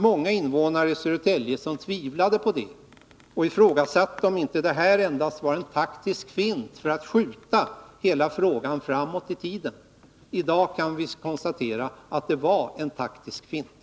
Många invånare i Södertälje tvivlade på detta och ifrågasatte om det inte endast var en taktisk fint för att skjuta hela frågan framåt i tiden. I dag kan vi konstatera att det var en taktisk fint.